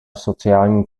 sociální